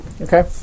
Okay